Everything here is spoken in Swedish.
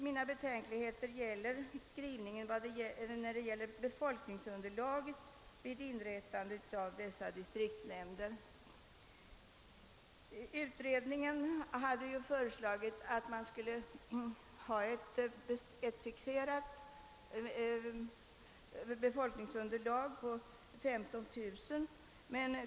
Mina betänkligheter gäller skrivningen i fråga om befolkningsunderlaget vid inrättandet av dessa distriktsnämnder. Utredningen hade föreslagit att man skulle ha ett fixerat befolkningsunderlag på 15 000 invånare.